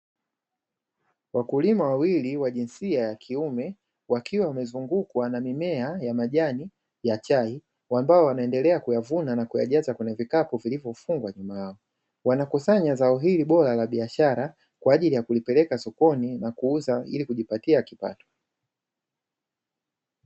Wakulima wawili wa jinsia ya kiume, wakiwa wamezungukwa na mimea ya majani ya chai, ambao wanaendelea kuyavuna na kuyajaza kwenye vikapu vilivyofungwa nyuma yao, wanakusanya zao hili bora la biashara, kwa ajili ya kulipeleka sokoni na kuuza ili kujipatia kipato.